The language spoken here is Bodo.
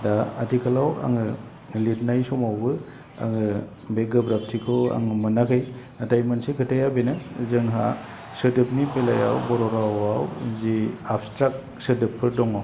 दा आथिखालाव आङो लिरनाय समावबो आङो बे गोब्राबथिखौ आं मोनाखै नाथाय मोनसे खोथाया बेनो जोंहा सोदोबनि बेलायाव बर' रावआव जि आबस्ट्राक सोदोबफोर दङ